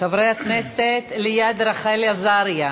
חברי הכנסת ליד רחל עזריה,